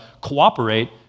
cooperate